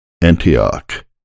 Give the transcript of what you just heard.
Antioch